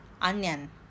onion